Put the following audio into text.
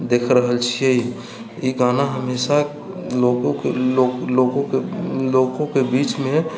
देखि रहल छिए ई गाना हमेशा लोकके बीचमे